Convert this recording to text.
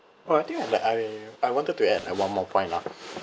!oh! I think like I I wanted to add like one more point lah